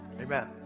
Amen